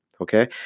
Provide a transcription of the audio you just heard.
okay